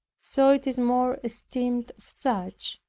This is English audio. so it is more esteemed of such,